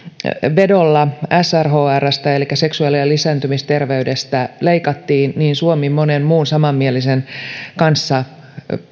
vedolla srhrstä eli seksuaali ja lisääntymisterveydestä leikattiin mutta suomi monen muun samanmielisen kanssa